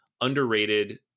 underrated